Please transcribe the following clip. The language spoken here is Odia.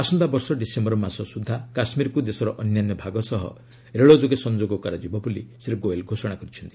ଆସନ୍ତା ବର୍ଷ ଡିସେମ୍ବର ମାସ ସୁଦ୍ଧା କାଶ୍କୀରକୁ ଦେଶର ଅନ୍ୟାନ୍ୟ ଭାଗ ସହ ରେଳ ଯୋଗେ ସଂଯୋଗ କରାଯିବ ବୋଲି ଶ୍ରୀ ଗୋଏଲ ଘୋଷଣା କରିଛନ୍ତି